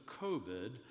COVID